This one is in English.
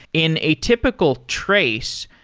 in a typical trace,